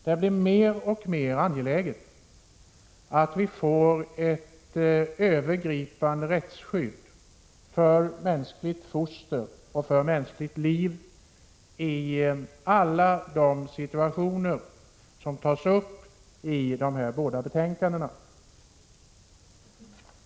Det blir mer och mer angeläget att vi får ett övergripande rättsskydd för mänskligt foster och för mänskligt liv i alla de situationer som tas upp i dessa båda betänkanden.